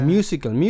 Musical